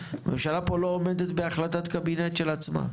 הממשלה פה לא עומדת בהחלטת קבינט של עצמה.